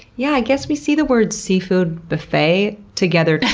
yeah, i guess we see the words, seafood buffet, together